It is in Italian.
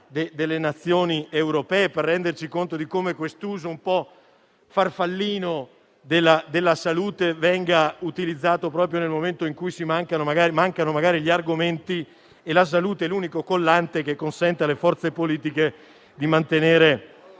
delle Nazioni europee per renderci conto di come questo uso un po' farfallino della salute venga strumentalizzato proprio nel momento in cui mancano gli argomenti e la salute è l'unico collante che consente alle forze politiche di mantenere